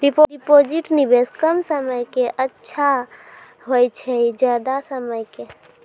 Deposit निवेश कम समय के के अच्छा होय छै ज्यादा समय के?